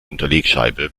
unterlegscheibe